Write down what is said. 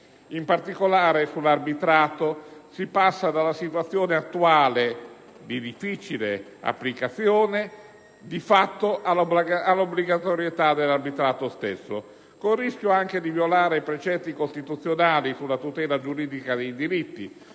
In particolare, sull'arbitrato si passa dalla situazione attuale, di difficile applicazione, di fatto all'obbligatorietà dell'arbitrato stesso, con il rischio anche di violare precetti costituzionali sulla tutela giuridica dei diritti,